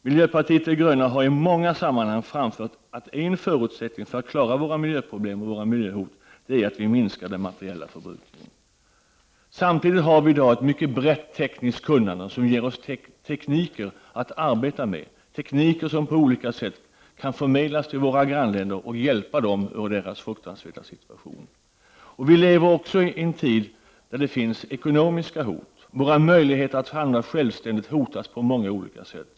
Miljöpartiet de gröna har i många sammanhang framfört att en förutsättning för att klara av miljöproblemen och miljöhoten är att vi minskar den materiella förbrukningen. Samtidigt har vi i dag ett mycket brett tekniskt kunnande som ger oss tekniker att arbeta med, tekniker som vi på olika sätt kan förmedla till våra grannländer och i och med detta hjälpa dem ur deras fruktansvärda situation. Vi lever i en tid i vilken finns även ekonomiska hot. Våra möjligheter att handla självständigt hotas på många olika sätt.